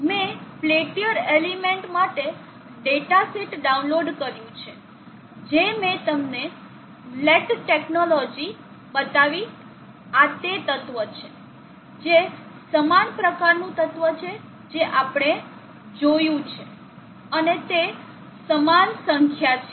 મેં Peltier element માટે datasheet download કર્યું છે જે મેં તમને લેર્ડ્ડ ટેકનોલોજી બતાવી આ તે તત્વ છે જે સમાન પ્રકારનું તત્વ છે જે આપણે જોયું છે અને તે સમાન સંખ્યા છે